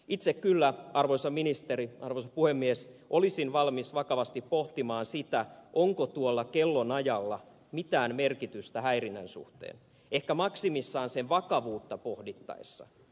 itse kyllä arvoisa ministeri arvoisa puhemies olisin valmis vakavasti pohtimaan sitä onko tuolla kellonajalla mitään merkitystä häirinnän suhteen ehkä maksimissaan sen vakavuutta pohdittaessa